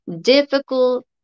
difficult